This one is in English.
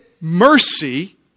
mercy